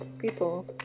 people